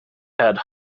had